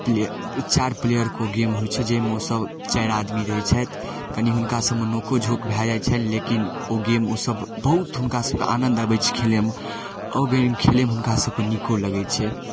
play चारि प्लेअरके ओ गेम होइ छै जाहिमे ओसभ चारि आदमी रहै छथि कनि हुनकासभमे नोकोझोँक भऽ जाइ छनि लेकिन ओ गेम ओसभ बहुत हुनकासभके आनन्द अबै छै खेलैमे आओर ओ गेम खेलैमे हुनकासभके नीको लगै छै